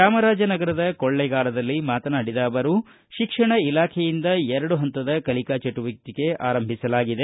ಚಾಮರಾಜನಗರದ ಕೊಳ್ಳೇಗಾಲದಲ್ಲಿ ಮಾತನಾಡಿದ ಅವರು ಶಿಕ್ಷಣ ಇಲಾಖೆಯಿಂದ ಎರಡು ಹಂತದ ಕಲಿಕಾ ಚಟುವಟಕೆ ಆರಂಭಿಸಲಾಗಿದೆ